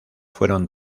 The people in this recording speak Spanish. fueron